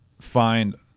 find